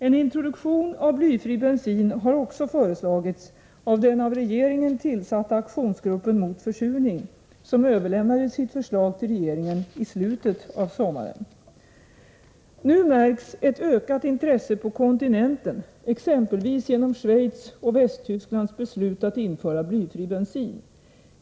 En introduktion av blyfri bensin har också föreslagits av den av regeringen tillsatta aktionsgruppen mot försurning, som överlämnade sitt förslag till regeringen i slutet av sommaren. Nu märks ett ökat intresse på kontinenten, exempelvis genom Schweiz och Västtysklands beslut att införa blyfri bensin.